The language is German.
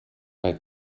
bei